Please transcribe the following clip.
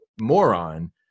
moron